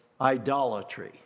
idolatry